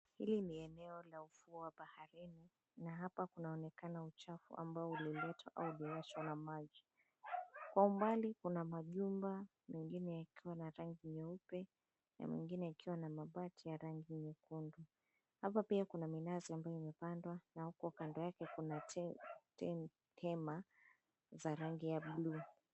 Hili ni eneo la ufuo wa baharini na hapa kunaonekana ambao umeletwa au umeoshwa na maji. Kwa umbali kuna majumba mengine yakiwa na mabati rangi nyeupe mengine yakiwa nyekundu. Hapa pia kuna minazi ambayo imepandwa. Hapo kando yake kuna tema za rangi ya bluu.